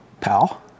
pal